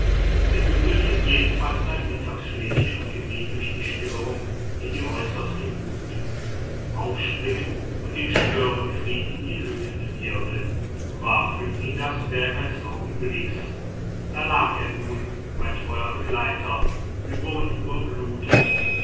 der büffel hielt jedenfalls sein mittagsschläfchen und geriet durch die störung in die äußerste wut aufspringen und den störenfried in die lüfte wirbeln war für ihn das werk eines augenblicks da lag er nun da mein treuer begleiter über und über blutend